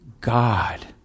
God